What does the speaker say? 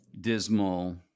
dismal